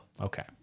Okay